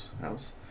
house